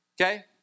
Okay